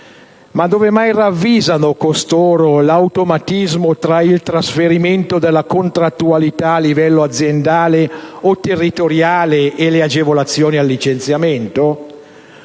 Dove mai ravvisano costoro l'automatismo tra il trasferimento della contrattualità a livello aziendale o territoriale e le agevolazioni al licenziamento?